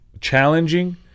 challenging